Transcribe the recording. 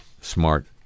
smart